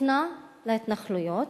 הופנה להתנחלויות,